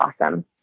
awesome